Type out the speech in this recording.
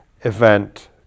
event